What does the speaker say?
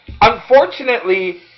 Unfortunately